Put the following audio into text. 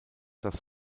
das